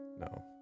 No